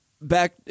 Back